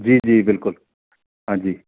ਜੀ ਜੀ ਬਿਲਕੁਲ ਹਾਂਜੀ